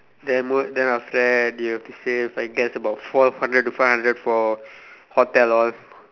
then most then after that you have to save like guess about four hundred to five hundred for hotel all